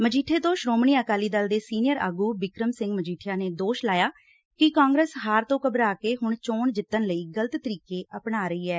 ਮਜੀਠੇ ਤੋਂ ਸ੍ਰੋਮਣੀ ਅਕਾਲੀ ਦੇ ਸੀਨੀਅਰ ਆਗੂ ਬਿਕਰਮ ਸਿੰਘ ਮਜੀਠਿਆ ਨੇ ਦੋਸ਼ ਲਾਇਆ ਕਿ ਕਾਂਗਰਸ ਹਾਰ ਤੋਂ ਘਬਰਾ ਕੇ ਹੁਣ ਚੋਣ ਜਿੱਤਣ ਲਈ ਗਲਤ ਤਰੀਕੇ ਅਪਨਾ ਰਹੀ ਏ